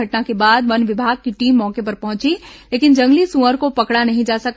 घटना के बाद वन विभाग की टीम मौके पर पहुंची लेकिन जंगली सुअर को पकड़ा नहीं जा सका